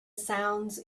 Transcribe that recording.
sounds